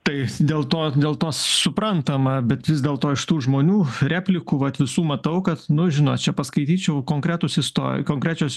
tai dėl to dėl to suprantama bet vis dėlto iš tų žmonių replikų vat visų matau kad nu žinot čia paskaityčiau konkretūs isto konkrečios